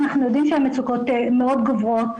אנחנו יודעים שהמצוקות מאוד גוברות,